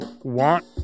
want